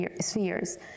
spheres